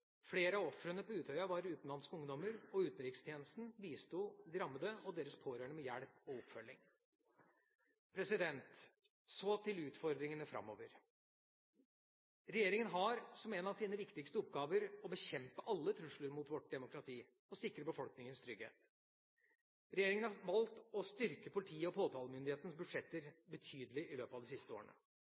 Flere av ofrene på Utøya var utenlandske ungdommer, og utenrikstjenesten bisto de rammede og deres pårørende med hjelp og oppfølging. Så til utfordringene framover. Regjeringa har som en av sine viktigste oppgaver å bekjempe alle trusler mot vårt demokrati og sikre befolkningens trygghet. Regjeringa har valgt å styrke politiets og påtalemyndighetens budsjetter betydelig i løpet av de siste årene.